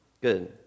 good